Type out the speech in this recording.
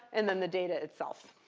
and then the data itself.